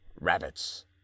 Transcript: rabbits